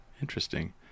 Interesting